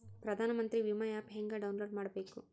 ಪ್ರಧಾನಮಂತ್ರಿ ವಿಮಾ ಆ್ಯಪ್ ಹೆಂಗ ಡೌನ್ಲೋಡ್ ಮಾಡಬೇಕು?